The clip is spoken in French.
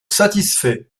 satisfait